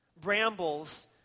Brambles